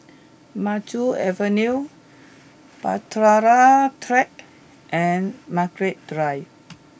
Maju Avenue Bahtera Track and Margaret Drive